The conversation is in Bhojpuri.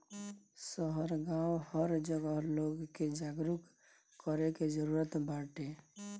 शहर गांव हर जगह लोग के जागरूक करे के जरुरत बाटे